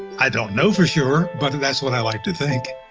i don't know for sure, but that's what i like to think